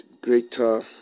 greater